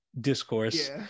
discourse